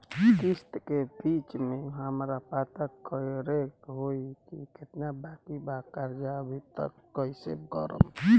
किश्त के बीच मे हमरा पता करे होई की केतना बाकी बा कर्जा अभी त कइसे करम?